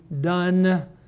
done